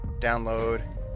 download